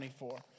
24